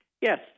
Yes